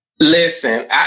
Listen